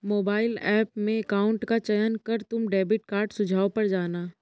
mobile app में account का चयन कर तुम डेबिट कार्ड सुझाव पर जाना